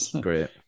great